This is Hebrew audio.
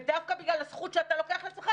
ודווקא בגלל הזכות שאתה לוקח לעצמך,